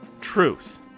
truth